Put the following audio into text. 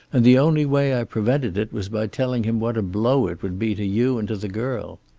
and the only way i prevented it was by telling him what a blow it would be to you and to the girl.